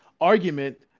argument